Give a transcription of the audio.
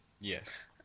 Yes